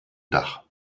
dach